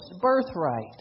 birthright